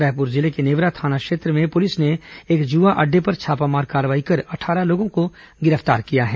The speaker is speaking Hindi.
रायपुर जिले के नेवरा थाना क्षेत्र में पुलिस ने एक जुआ अड्डे पर छापामार कार्रवाई कर अट्ठारह लोगों को गिरफ्तार किया है